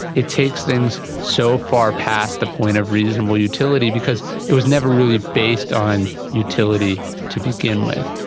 it takes things so far past the point of reasonable utility because it was never really based on utility to begin with.